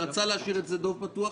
רצה להשאיר את שדה דב פתוח,